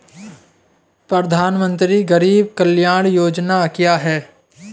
प्रधानमंत्री गरीब कल्याण योजना क्या है?